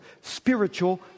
spiritual